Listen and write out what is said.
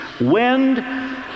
wind